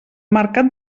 mercat